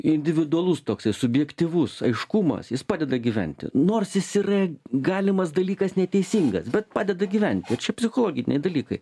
individualus toksai subjektyvus aiškumas jis padeda gyventi nors jis yra galimas dalykas neteisingas bet padeda gyventi čia psichologiniai dalykai